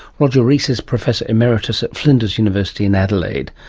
roger rees is professor emeritus at flinders university in adelaide.